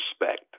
respect